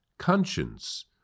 conscience